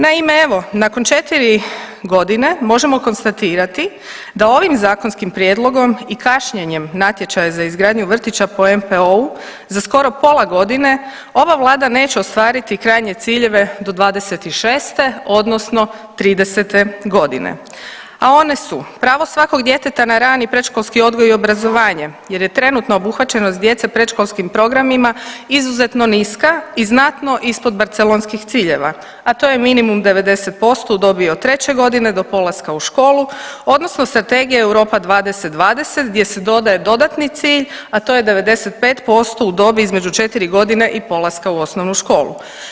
Naime, evo nakon 4.g. možemo konstatirati da ovim zakonskim prijedlogom i kašnjenjem natječaja za izgradnju vrtića po NPOO-u za skoro pola godine ova vlada neće ostvariti krajnje ciljeve do '26. odnosno '30. godine, a one su pravo svakog djeteta na rani i predškolski odgoj i obrazovanje jer je trenutno obuhvaćenost djece predškolskim programima izuzetno niska i znatno ispod barcelonskih ciljeva, a to je minimum 90% u dobi od 3 godine do polaska u školu odnosno Strategija Europa 2020 gdje se dodaje dodatni cilj, a to je 95% u dobi između 4 godine i polaska u osnovnu školu.